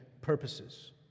purposes